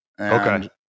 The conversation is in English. Okay